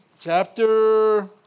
Chapter